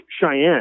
Cheyenne